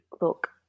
look